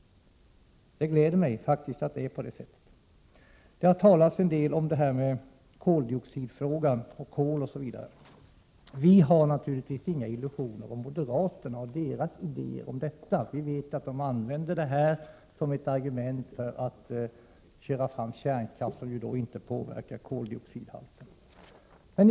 Det gläder mig faktiskt att det är på det sättet. Det har talats en del om koldioxidfrågan, om kolanvändning osv. Vi har naturligtvis inga illusioner om moderaterna och deras idéer om detta. Vi vet att de använder olägenheterna med koleldning som ett argument för att köra fram kärnkraften, som ju inte påverkar koldioxidhalten.